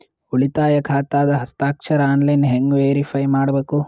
ಉಳಿತಾಯ ಖಾತಾದ ಹಸ್ತಾಕ್ಷರ ಆನ್ಲೈನ್ ಹೆಂಗ್ ವೇರಿಫೈ ಮಾಡಬೇಕು?